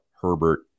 herbert